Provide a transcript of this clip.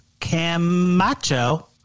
Camacho